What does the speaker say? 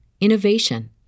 innovation